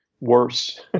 worse